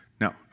Now